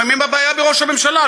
לפעמים הבעיה בראש הממשלה,